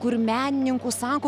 kur menininkų sako